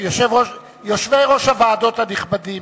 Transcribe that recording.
יושבי-ראש הוועדות הנכבדים,